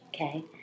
Okay